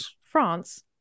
France